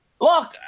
Look